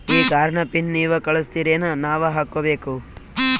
ಈ ಕಾರ್ಡ್ ನ ಪಿನ್ ನೀವ ಕಳಸ್ತಿರೇನ ನಾವಾ ಹಾಕ್ಕೊ ಬೇಕು?